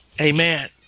Amen